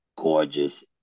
Gorgeous